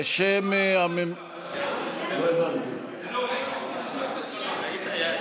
אבל זה פרסונלי.